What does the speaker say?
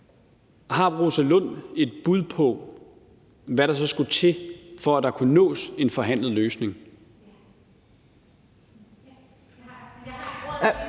Har Rosa Lund et bud på, hvad der så skulle til, for at der kunne nås en forhandlet løsning?